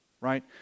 Right